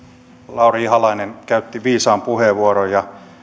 lauri ihalainen käytti viisaan puheenvuoron ja